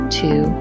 two